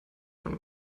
von